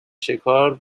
شکار